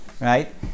right